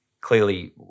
clearly